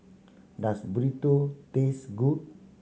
does Burrito taste good